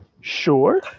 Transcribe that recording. sure